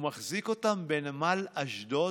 הוא מחזיק אותם בנמל אשדוד